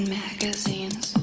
magazines